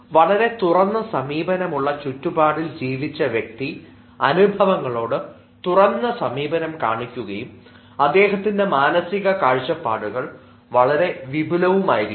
വളരെ തുറന്ന സമീപനമുള്ള ചുറ്റുപാടിൽ ജീവിച്ച വ്യക്തി അനുഭവങ്ങളോടു തുറന്ന സമീപനം കാണിക്കുകയും അദ്ദേഹത്തിൻറെ മാനസിക കാഴ്ചപ്പാടുകൾ വളരെ വിപുലമായിരിക്കും